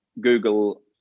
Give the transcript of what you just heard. Google